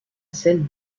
celle